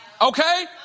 Okay